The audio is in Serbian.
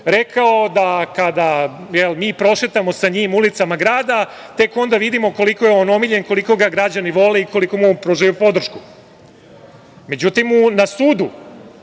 rekao da kada mi prošetamo sa njim ulicama grada, tek onda vidimo koliko je on omiljen, koliko ga građani vole i koliko mu pružaju podršku. Međutim, na sudu,